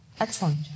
Excellent